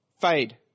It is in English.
fade